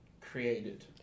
created